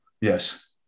Yes